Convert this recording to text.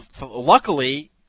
luckily